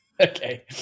Okay